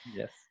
yes